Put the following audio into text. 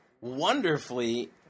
wonderfully